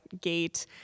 gate